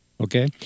Okay